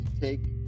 take